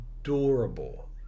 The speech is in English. adorable